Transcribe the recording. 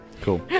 Cool